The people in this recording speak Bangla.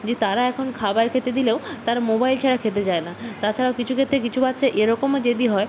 যে তারা এখন খাবার খেতে দিলেও তারা মোবাইল ছাড়া খেতে চায় না তাছাড়াও কিছু ক্ষেত্রে কিছু বাচ্চা এরকমও জেদি হয়